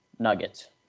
Nuggets